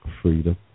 freedom